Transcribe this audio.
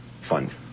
fund